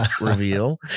reveal